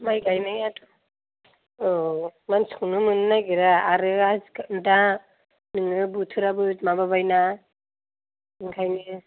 माइ गाइनाया औ मानसिखौनो मोननो नागेरा आरो दा बिदिनो बोथोराबो माबाबाय ना ओंखायनो